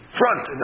front